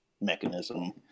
mechanism